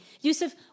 Yusuf